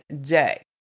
day